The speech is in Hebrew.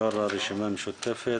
יו"ר הרשימה המשותפת,